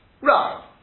Right